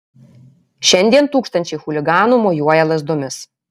šiandien tūkstančiai chuliganų mojuoja lazdomis